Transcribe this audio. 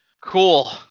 cool